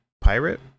Pirate